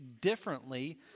differently